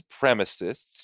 supremacists